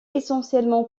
essentiellement